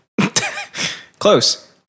Close